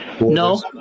No